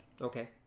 Okay